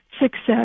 success